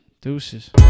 Deuces